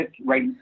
right